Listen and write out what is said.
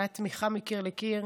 הייתה תמיכה מקיר לקיר.